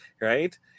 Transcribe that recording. right